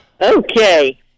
Okay